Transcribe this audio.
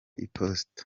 iposita